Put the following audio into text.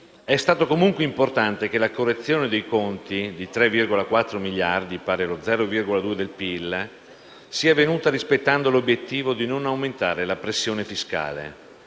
È stato comunque importante che la correzione dei conti pubblici di 3,4 miliardi, pari allo 0,2 per cento del PIL, sia avvenuta rispettando l'obiettivo di non aumentare la pressione fiscale.